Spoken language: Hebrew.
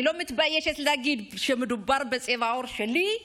אני לא מתביישת להגיד שמדובר בצבע העור שלי,